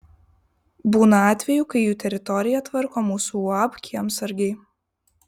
būna atvejų kai jų teritoriją tvarko mūsų uab kiemsargiai